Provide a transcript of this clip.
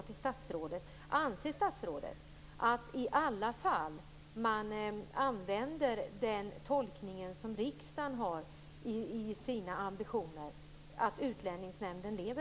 Anser statsrådet att Utlänningsnämnden i samtliga fall använder den tolkning som motsvarar riksdagens ambitioner?